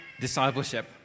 discipleship